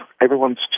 Everyone's